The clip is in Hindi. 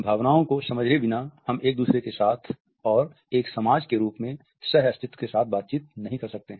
भावनाओं को समझे बिना हम एक दूसरे के साथ और एक समाज के रूप में सह अस्तित्व के साथ बातचीत नहीं कर सकते हैं